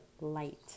light